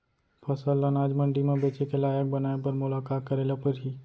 फसल ल अनाज मंडी म बेचे के लायक बनाय बर मोला का करे ल परही?